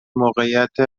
موقعیت